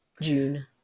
June